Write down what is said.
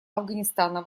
афганистана